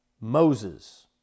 Moses